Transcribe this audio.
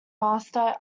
master